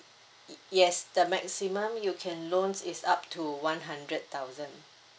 ye~ yes the maximum you can loans is up to one hundred thousand